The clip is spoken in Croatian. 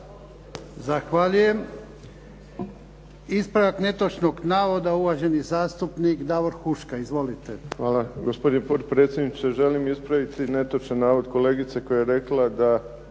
Zahvaljujem. Ispravak netočnog navoda. Uvaženi zastupnik Davor Huška. Izvolite. **Huška, Davor (HDZ)** Hvala, gospodine potpredsjedniče. Želim ispraviti netočan navod kolegice koja je rekla da